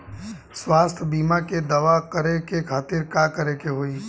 स्वास्थ्य बीमा के दावा करे के खातिर का करे के होई?